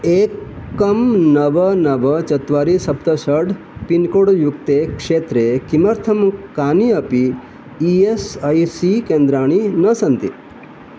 एकं नव नव चत्वारि सप्त षड् पिन्कोड् युक्ते क्षेत्रे किमर्थं कानि अपि ई एस् ऐ सी केन्द्राणि न सन्ति